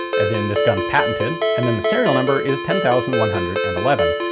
as in this gun's patented, and then the serial number is ten thousand one hundred and eleven.